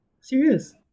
serious